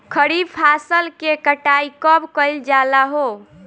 खरिफ फासल के कटाई कब कइल जाला हो?